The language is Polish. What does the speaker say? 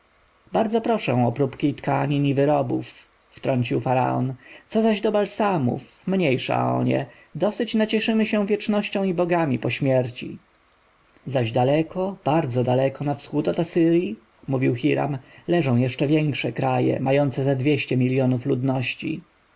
proszę o próbki tkanin i wyrobów wtrącił faraon co zaś do balsamów mniejsza o nie dosyć nacieszymy się wiecznością i bogami po śmierci zaś daleko bardzo daleko na wschód od asyrji mówił hiram leżą jeszcze większe kraje mające ze dwieście miljonów ludności